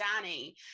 Danny